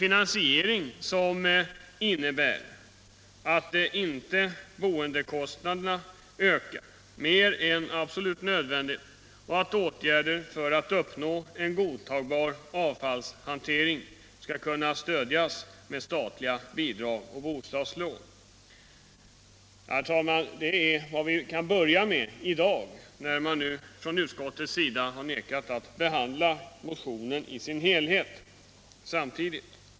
Den innebär att boendekostnaderna inte ökar mer än absolut nödvändigt och att åtgärder för att uppnå en godtagbar avfallshantering skall kunna stödjas med statliga bidrag och bostadslån. Det är vad vi kan börja med i dag, när nu utskottet har vägrat att behandla motionen i dess helhet.